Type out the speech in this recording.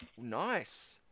Nice